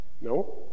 No